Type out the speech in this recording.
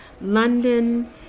London